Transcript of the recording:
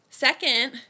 Second